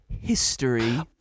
history